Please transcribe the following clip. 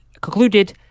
concluded